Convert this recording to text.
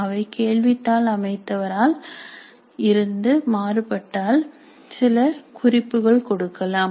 அவை கேள்வித்தாள் அமைத்தவர் இல் இருந்து மாறுபட்டால் சில குறிப்புகள் கொடுக்கலாம்